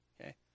okay